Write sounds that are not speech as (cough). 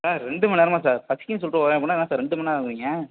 sir ரெண்டு மணி நேரமா சார் பசிக்கிதுன்னு சொல்லிட்டு (unintelligible) பண்ணால் என்ன சார் ரெண்டு மணிநேரங்கிறீங்க